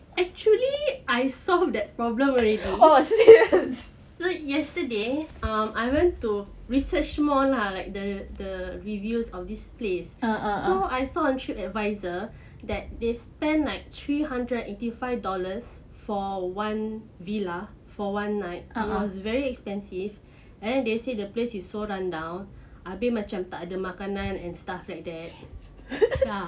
actually I solve that problem already like yesterday um I went to research more lah like the the reviews of this place so I saw on tripadvisor that they spend like three hundred and eighty five dollars for one villa for one night it was very expensive and they said the place is so rundown abeh macam tak ada makanan and stuff like that ah